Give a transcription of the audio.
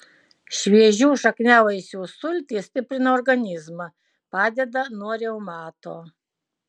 šviežių šakniavaisių sultys stiprina organizmą padeda nuo reumato